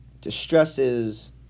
distresses